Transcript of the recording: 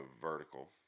vertical